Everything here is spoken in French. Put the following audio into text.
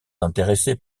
intéressée